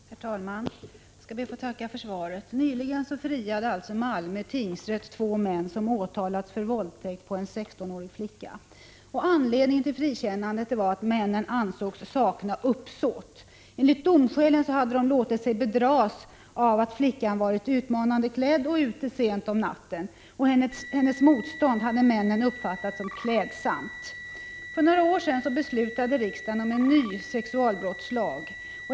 Herr talman! Jag skall be att få tacka för svaret. Nyligen friade alltså Malmö tingsrätt två män som hade åtalats för våldtäkt på en sextonårig flicka. Anledningen till frikännandet var att männen ansågs sakna uppsåt. Enligt domskälen hade de låtit sig bedras av att flickan hade varit utmanande klädd och ute sent om natten. Hennes motstånd hade männen uppfattat som ”klädsamt”. För några år sedan beslutade riksdagen om en ny sexualbrottslag.